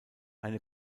eine